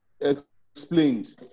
explained